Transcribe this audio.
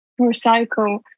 recycle